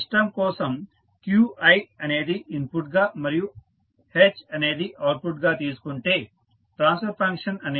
system కోసం qi అనేది input గా మరియు h అనేది అవుట్పుట్ గా తీసుకుంటే ట్రాన్స్ఫర్ ఫంక్షన్ అనేది HQi అవుతుంది